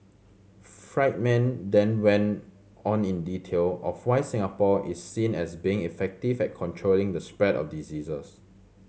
Friedman then went on in detail of why Singapore is seen as being effective at controlling the spread of diseases